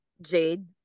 Jade